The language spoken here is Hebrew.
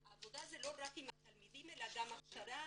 העבודה זה לא רק עם התלמידים אלא גם הכשרה